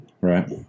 Right